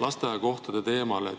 lasteaiakohtade teemale.